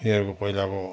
यिनीहरूको पहिलाको